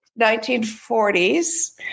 1940s